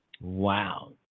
Wow